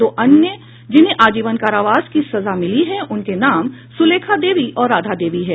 दो अन्य जिन्हें आजीवन कारावास की सजा मिली है उनके नाम सुलेखा देवी और राधा देवी हैं